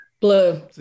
Blue